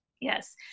yes